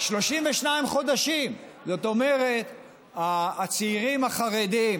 32 חודשים, זאת אומרת, הצעירים החרדים